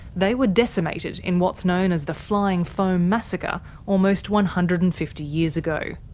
they were decimated in what's known as the flying foam massacre almost one hundred and fifty years ago.